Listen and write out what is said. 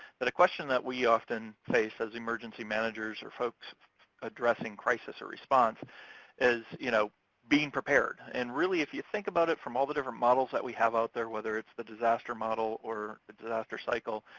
a question that we often face as emergency managers or folks addressing crisis or response is you know being prepared. and really if you think about it from all the different models that we have out there, whether it's the disaster model or the disaster cycle,